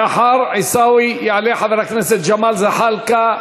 לאחר עיסאווי, יעלה חבר הכנסת ג'מאל זחאלקה.